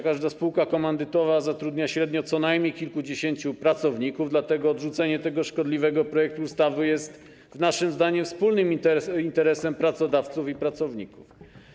Każda spółka komandytowa zatrudnia średnio co najmniej kilkudziesięciu pracowników, dlatego odrzucenie tego szkodliwego projektu ustawy jest naszym zdaniem wspólnym interesem pracodawców i pracowników.